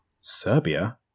Serbia